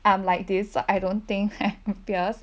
I'm like this I don't think I'm fierce